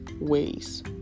ways